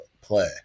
play